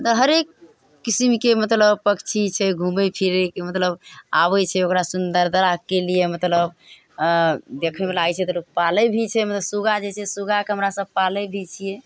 मतलब हरेक किसिमके मतलब पन्छी छै घुमै फिरै मतलब आबै छै ओकरा सुन्दरताके लिए मतलब देखैमे लागै छै तऽ पालै भी छै मतलब सुग्गा जे छै सुग्गाके हमरासभ पालै भी छिए